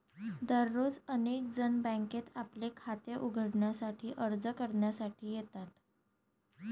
दररोज अनेक जण बँकेत आपले खाते उघडण्यासाठी अर्ज करण्यासाठी येतात